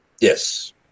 yes